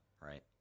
right